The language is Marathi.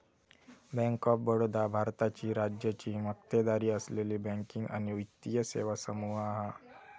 बँक ऑफ बडोदा भारताची राज्याची मक्तेदारी असलेली बँकिंग आणि वित्तीय सेवा समूह हा